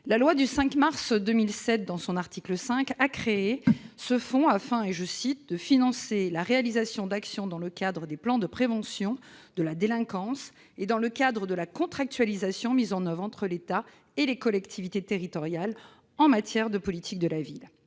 la loi du 5 mars 2007 a créé ce fonds afin de « financer la réalisation d'actions dans le cadre des plans de prévention de la délinquance et dans le cadre de la contractualisation mise en oeuvre entre l'État et les collectivités territoriales en matière de politique de la ville ».